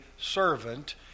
servant